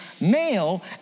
male